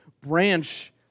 branch